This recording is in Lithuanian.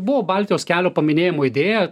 buvo baltijos kelio paminėjimo idėja